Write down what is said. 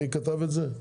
מי כתב את זה?